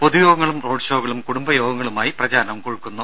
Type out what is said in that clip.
പൊതുയോഗങ്ങളും റോഡ്ഷോകളും കുടുംബയോഗങ്ങളുമായി പ്രചാരണം കൊഴുക്കുന്നു